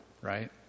right